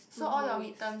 two more weeks